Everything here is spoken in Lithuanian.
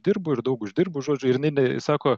dirbu ir daug uždirbu žodžiu ir jinai sako